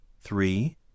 three